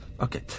Okay